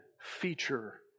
feature